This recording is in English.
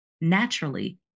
naturally